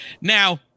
Now